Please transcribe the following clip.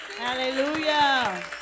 hallelujah